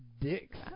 dicks